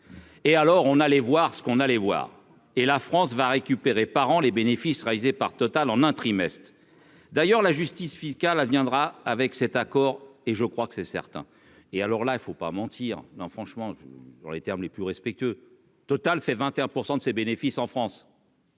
Et alors on allait voir ce qu'on allait voir, et la France va récupérer parents les bénéfices réalisés par Total en un trimestre, d'ailleurs, la justice fiscale viendra avec cet accord, et je crois que c'est certain, et alors là, il ne faut pas mentir dans franchement dans les termes les plus respectueux total fait 21 % de ses bénéfices en France.